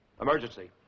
emergency